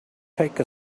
take